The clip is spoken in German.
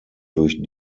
durch